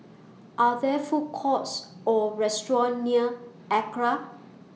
Are There Food Courts Or restaurants near Acra